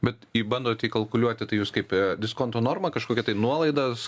bet jei bandot įkalkuliuoti tai jus kaip diskonto normą kažkokią tai nuolaidas